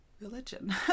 religion